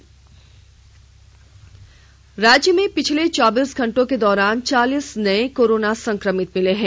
Jharkhand corona राज्य में पिछले चौबीस घंटों के दौरान चालीस नए कोरोना संक्रमित मिले हैं